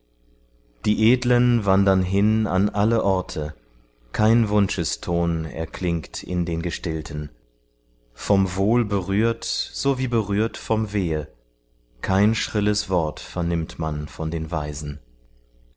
die edlen wandern hin an alle orte kein wunscheston erklingt in den gestillten vom wohl berührt so wie berührt vom wehe kein schrilles wort vernimmt man von den weisen